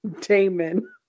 Damon